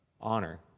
honor